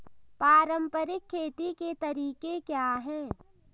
पारंपरिक खेती के तरीके क्या हैं?